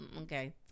Okay